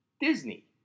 Disney